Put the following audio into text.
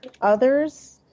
others